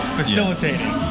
facilitating